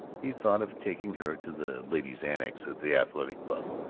he thought of taking her to the ladies' annex of the athletic club,